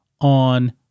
on